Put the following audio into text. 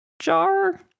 jar